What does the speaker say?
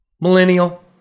millennial